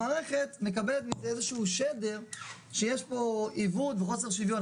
המערכת מקבלת איזשהו שדר שיש פה עיוות וחוסר שוויון.